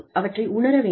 அவற்றை உணர வேண்டும்